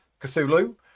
Cthulhu